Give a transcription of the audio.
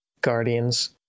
Guardians